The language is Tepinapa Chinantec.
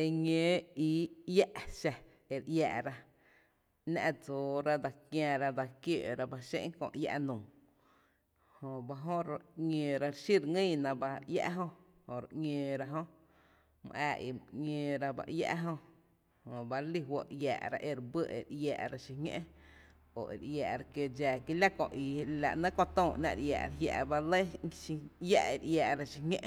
E ñǿǿ ii iä’ xa e re iää’ra ‘ná’ dsoora dse kiära, e dse kiǿǿ’ ra ba xé’n kööi iä’ nuu jöba jö re ‘ñǿǿ ra, re xí re ngÿÿna iä’ jö, jö re ‘ñǿǿ ra iä’ jö, mý ⱥⱥ í’ my ‘ñǿǿ ba iä’ jö jöba re lí fó’ re iä’ra ere bý ere iäära xi ñó’ o ere iää’ra kió dxáá kí lá kö ii, la ´’nɇ kö töö ‘nⱥ’ ere iää’ra jia’ bá lɇ iä’ e re iää’ra xi ñó’,